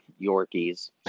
Yorkies